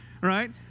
right